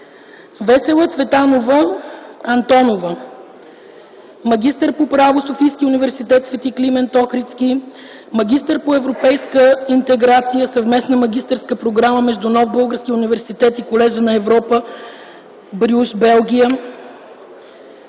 Весела Цветанова Антонова е магистър по право в Софийския университет „Св. Климент Охридски”, магистър по европейска интеграция - съвместна магистърска програма между Нов български университет и Колежа на Европа - Брюж, Белгия.